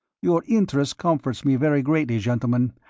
your interest comforts me very greatly, gentlemen,